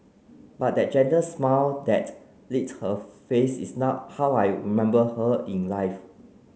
but that gentle smile that lit her face is now how I you remember her in life